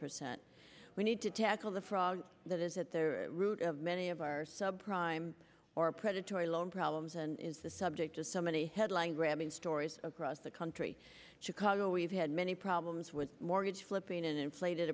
percent we need to tackle the fraud that is at the root of many of our sub prime or predatory loan problems and is the subject of so many headline grabbing stories across the country chicago we've had many problems with mortgage flipping and inflated